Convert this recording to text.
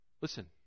Listen